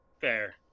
Fair